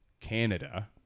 Canada